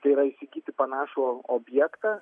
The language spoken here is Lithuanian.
tai yra įsigyti panašų objektą